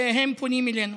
והם פונים אלינו.